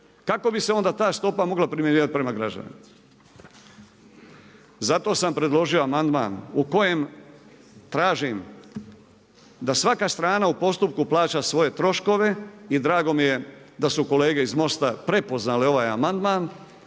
kako bi se onda ta stopa mogla primjenjivati prema građanima? Zato sam predložio amandman u kojem tražim da svaka strana u postupku plaća svoje troškove i drago mi je da su kolege iz Most-a prepoznale ovaj amandman.